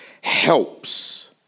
helps